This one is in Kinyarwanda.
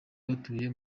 batuye